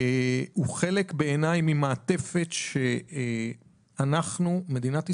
הוא חלק, בעיניי, ממעטפת שאנחנו, מדינת ישראל,